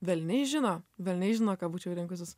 velniai žino velniai žino kad būčiau rinkusis